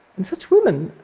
and such women,